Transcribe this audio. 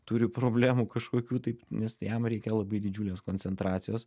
turi problemų kažkokių taip nes jam reikia labai didžiulės koncentracijos